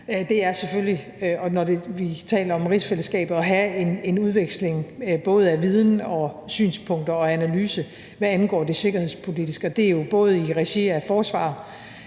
det er selvfølgelig, når vi taler om rigsfællesskabet, at have en udveksling, både af viden og synspunkter og analyse, hvad angår det sikkerhedspolitiske. Det er både i regi af forsvar,